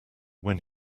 when